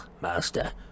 master